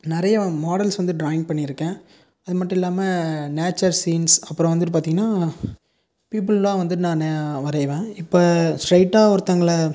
நிறைய மாடல்ஸ் வந்து டிராயிங் பண்ணியிருக்கேன் அது மட்டும் இல்லாமல் நேச்சர் சீன்ஸ் அப்புறம் வந்து பார்த்திங்கன்னா பீப்புள்லாம் வந்துட்டு நான் வரைவேன் இப்போது ஸ்ட்ரெயிட்டாக ஒருத்தங்கள